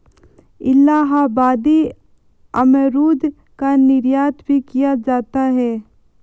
इलाहाबादी अमरूद का निर्यात भी किया जाता है